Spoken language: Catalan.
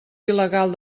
il·legal